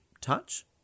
touch